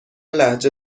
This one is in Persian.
لهجه